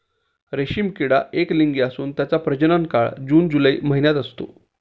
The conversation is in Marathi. रेशीम किडा एकलिंगी असून त्याचा प्रजनन काळ जून जुलै महिन्यात असतो